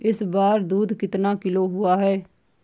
इस बार दूध कितना किलो हुआ है?